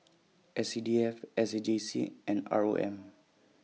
S C D F S A J C and R O M